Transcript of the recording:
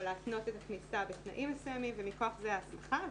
להתנות את הכניסה בתנאים מסוימים ומכוח זה ההסמכה,